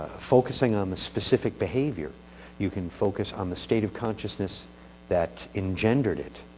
focusing on the specific behavior you can focus on the state of consciousness that engendered it.